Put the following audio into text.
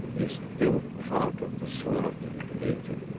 you're still part of the soul of the creator.